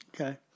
Okay